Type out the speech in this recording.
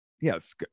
Yes